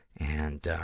and,